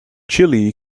chile